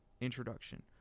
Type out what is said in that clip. introduction